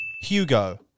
Hugo